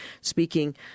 speaking